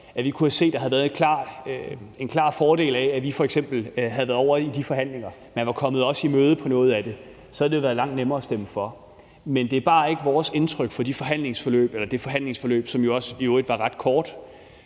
at vi kunne have set, at der havde været en klar fordel af, at vi f.eks. havde været ovre i de forhandlinger, og at man var kommet os i møde med noget af det, havde det været langt nemmere at stemme for. Men det er bare ikke vores indtryk fra det forhandlingsforløb, som i øvrigt også var ret kort,